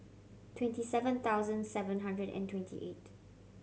twenty seven thousand seven hundred and twenty eight